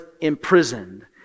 imprisoned